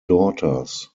daughters